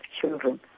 children